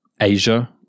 Asia